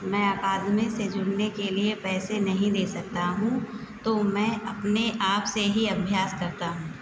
मैं अकादमी से जुड़ने के लिए पैसे नहीं दे सकता हूँ तो मैं अपने आप से ही अभ्यास करता हूँ